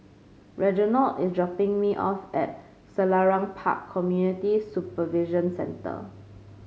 Reginald is dropping me off at Selarang Park Community Supervision Centre